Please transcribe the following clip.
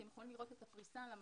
אתם יכולים לראות את הפריסה על המסך.